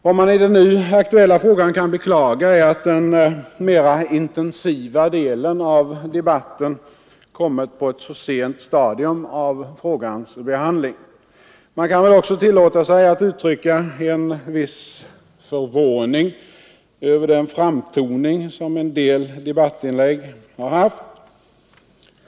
Vad man i den nu aktuella frågan kan beklaga är att den mera intensiva delen av debatten kommit på ett så sent stadium. Man kan väl också tillåta sig att uttrycka en viss förvåning över den framtoning som en del debattinlägg har haft.